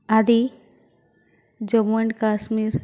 అది జమ్మూ అండ్ కాశ్మీర్